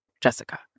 Jessica